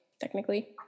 technically